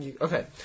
Okay